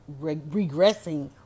regressing